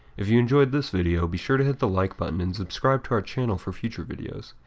if you enjoyed this video, be sure to hit the like button and subscribe to our channel for future videos.